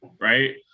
Right